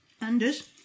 Anders